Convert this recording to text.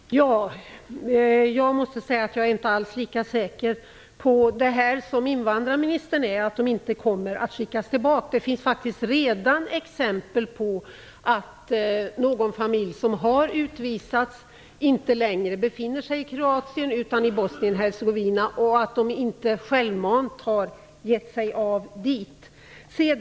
Fru talman! Jag måste säga att jag inte alls är lika säker som invandrarministern på att dessa personer inte kommer att skickas tillbaka. Det finns faktiskt redan exempel på någon familj som har utvisats som inte längre befinner sig i Kroatien utan i Bosnien Hercegovina. Den har inte självmant gett sig av dit.